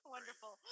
Wonderful